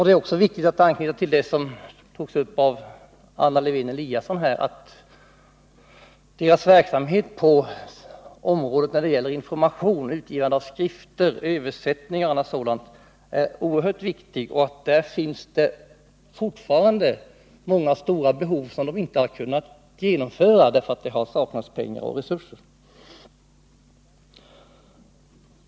Det är viktigt att i det sammanhanget anknyta till det som berördes av Anna Lisa Lewén-Eliasson, nämligen att deras verksamhet på det område som omfattar information, utgivande av skrifter, översättningar och liknande är oerhört viktig. På det området finns åtskilligt mer att göra för SIPRI, men man har inte kunnat genomföra sådana åtgärder på grund av brist på resurser.